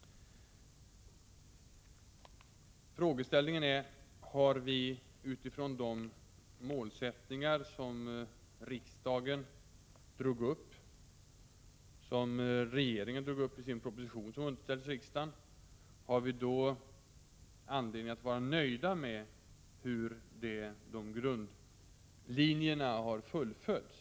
Frågeställningen är: Har vi utifrån de målsättningar som riksdagen drog upp och som regeringen drog uppi sin proposition, som underställdes riksdagen, anledning att vara nöjda med det sätt på vilket grundlinjerna har fullföljts?